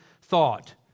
thought